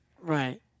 Right